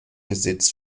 besitz